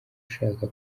ushaka